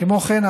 כמו כן,